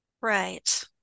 right